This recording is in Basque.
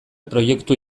proiektu